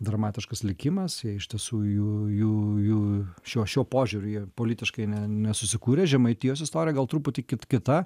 dramatiškas likimas iš tiesų jų jų jų šiuo šiuo požiūriu jie politiškai ne nesusikūrė žemaitijos istorija gal truputį kit kita